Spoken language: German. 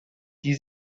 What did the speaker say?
die